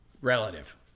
Relative